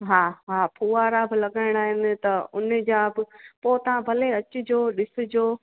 हा हा फुआरा बि लॻाइणा आहिनि त हुनजा अघि पोइ तव्हां भले अचिजो ॾिसजो